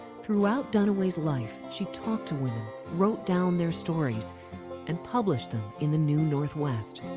throughout duniway's life, she talked to women, wrote down their stories and published them in the new northwest.